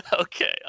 Okay